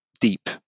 deep